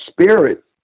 spirit